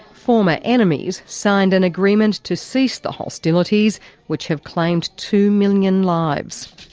former enemies signed an agreement to cease the hostilities which had claimed two million lives.